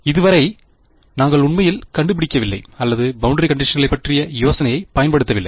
இதுவரை நாங்கள் உண்மையில் கண்டுபிடிக்கவில்லை அல்லது பௌண்டரி கண்டிஷன்களை பற்றிய யோசனையைப் பயன்படுத்தவில்லை